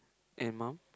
and mum